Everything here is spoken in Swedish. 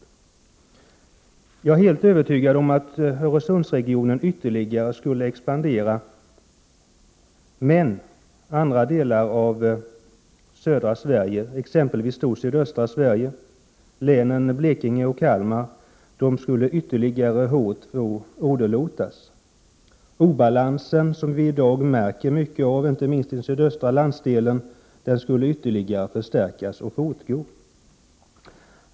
Jag är helt övertygad om att Öresundsregionen skulle expandera ytterligare om det byggs en broförbindelse, medan andra delar av södra Sverige, exempelvis sydöstra Sverige med Blekinge län och Kalmar län, skulle ytterligare åderlåtas. Den obalans som vi i dag har stark känning av inte minst i den sydöstra landsdelen skulle ytterligare förstärkas.